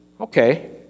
Okay